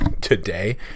today